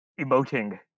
emoting